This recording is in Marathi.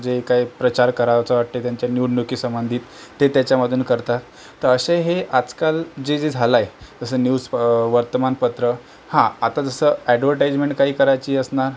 जे काय प्रचार करायचं वाटते त्यांच्या निवडणुकीसंबंधी ते त्याच्यामधून करतात तर असे हे आजकाल जे जे झालंय जसं न्यूज वर्तमानपत्र हा आता जसं ॲडव्हर्टाइजमेंट काही करायची असणार